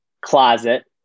closet